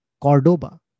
Cordoba